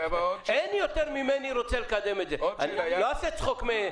אין יותר ממני שרוצה לקדם את זה אבל אני לא אעשה צחוק...